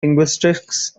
linguistics